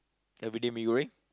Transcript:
everyday mee-goreng